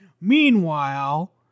Meanwhile